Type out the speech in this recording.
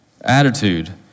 attitude